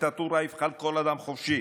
בדיקטטורה יבחל כל אדם חופשי.